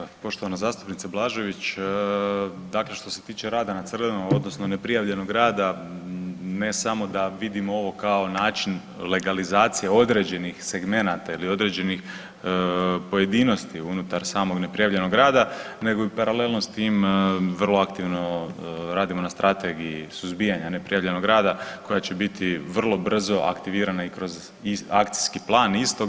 Hvala poštovana zastupnice Blažević, dakle što se tiče rada na crna odnosno neprijavljenog rada ne samo da vidimo ovo kao način legalizacije određenih segmenata ili određenih pojedinosti unutar samog neprijavljenog rada nego i paralelno s tim vrlo aktivno radimo na strategiji suzbijanja neprijavljenog rada koja će biti vrlo brzo aktivirana i kroz akcijski plan istog.